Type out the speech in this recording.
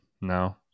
No